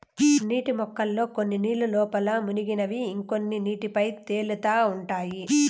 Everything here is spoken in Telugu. నీటి మొక్కల్లో కొన్ని నీళ్ళ లోపల మునిగినవి ఇంకొన్ని నీటి పైన తేలుతా ఉంటాయి